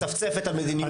מצפצפת על מדיניות השרה.